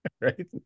Right